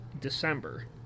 December